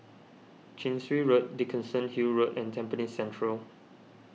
Chin Swee Road Dickenson Hill Road and Tampines Central